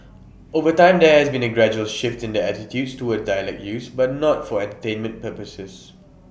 over time there has been A gradual shift in attitudes towards dialect use but not for entertainment purposes